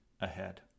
ahead